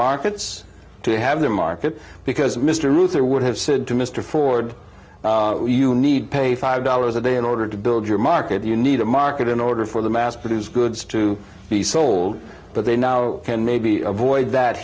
markets to have their market because mr ruther would have said to mr ford you need pay five dollars a day in order to build your market you need a market in order for the mass produced goods to be sold but they now can maybe avoid that